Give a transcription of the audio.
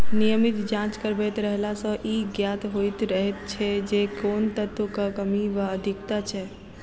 नियमित जाँच करबैत रहला सॅ ई ज्ञात होइत रहैत छै जे कोन तत्वक कमी वा अधिकता छै